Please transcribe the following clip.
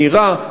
מהירה,